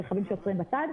של רכבים שעוצרים בצד.